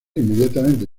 inmediatamente